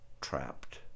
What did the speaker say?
trapped